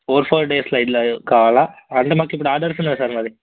four four డేస్లో కావాలా అంటే మాకిప్పుడు ఆర్డర్స్ ఉన్నాయి సార్ మరి